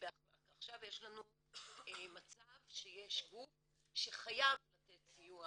עכשיו יש לנו מצב שיש גוף שחייב לתת סיוע